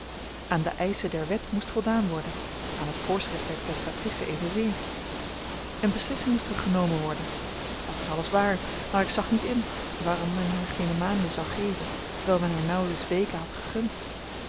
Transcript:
aan de eischen der wet moest voldaan worden aan het voorschrift der testatrice evenzeer eene beslissing moest er genomen worden dat is alles waar maar ik zag niet in waarom men haar geene maanden zou geven terwijl men haar nauwelijks weken had gegund